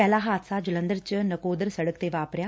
ਪਹਿਲਾ ਹਾਦਸਾ ਜਲੰਧਰ ਚ ਨਕੋਦਰ ਸੜਕ ਤੇ ਵਾਪਰਿਆ